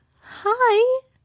hi